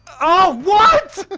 oh, what!